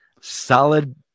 solid